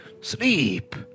Sleep